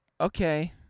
Okay